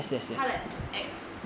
他的 ex